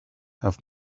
have